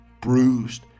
bruised